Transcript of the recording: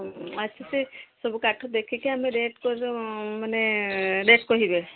ଆସିଚି ସବୁ କାଠୁ ଦେଖିକି ଆମେ ରେଟ୍ କରିଦବୁ ମାନେ ରେଟ୍ କହିବେ